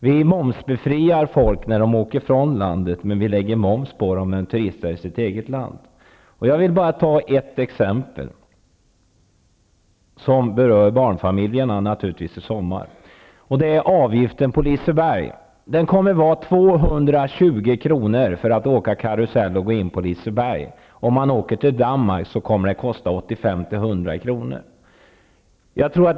Vi momsbefriar folk när de åker från landet, men vi lägger moms på dem när de turistar i sitt eget land. Jag vill bara ta ett exempel, som kommer att beröra barnfamiljerna i sommar, och det gäller avgiften på Liseberg. Det kommer att kosta 220 kr. att gå in på Liseberg och åka karusell. Det kommer att kosta 85--100 kr. att åka till Danmark.